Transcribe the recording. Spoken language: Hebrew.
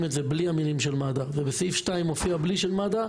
את זה בלי המילים של מד"א וסעיף 2 מופיע בלי מד"א,